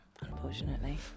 unfortunately